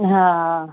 हा